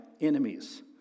enemies